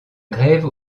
grève